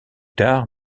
tard